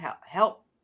help